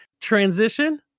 transition